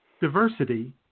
Diversity